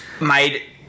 made